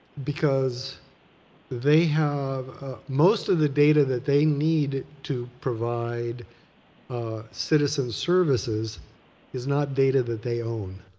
because they have most of the data that they need to provide citizen services is not data that they own.